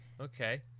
Okay